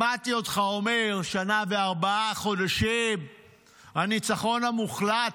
שמעתי אותך אומר שנה וארבעה חודשים "הניצחון המוחלט"